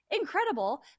incredible